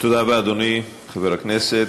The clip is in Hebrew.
תודה רבה, אדוני, חבר הכנסת.